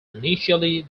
initially